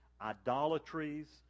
idolatries